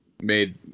Made